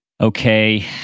Okay